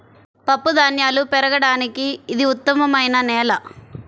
పప్పుధాన్యాలు పెరగడానికి ఇది ఉత్తమమైన నేల